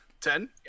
ten